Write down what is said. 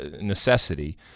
necessity